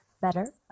better